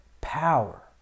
power